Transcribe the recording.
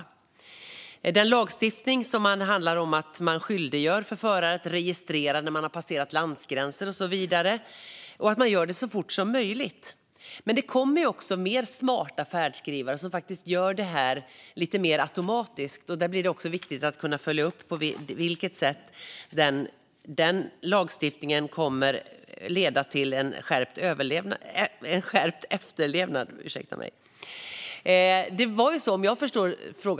När det gäller lagstiftning handlar det om att göra förare skyldiga att registrera när de har passerat landsgränser och så vidare, och detta ska göras så fort som möjligt. Det kommer också smartare färdskrivare som gör detta mer automatiskt. Det blir viktigt att kunna följa upp på vilket sätt lagstiftningen leder till ökad efterlevnad.